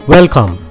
Welcome